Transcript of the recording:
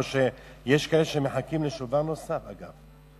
או שיש כאלה שמחכים לשובר נוסף, אגב,